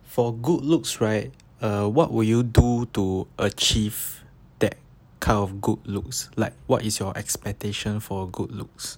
for good looks right uh what will you do to achieve that kind of good looks like what is your expectation for a good looks